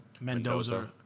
Mendoza